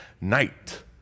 night